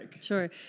Sure